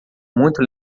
muito